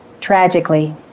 tragically